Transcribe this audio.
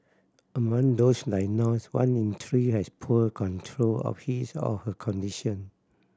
among those diagnosed one in three has poor control of his or her condition